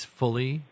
fully